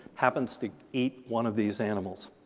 happens to eat one of these animals.